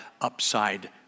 upside